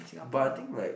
but I think like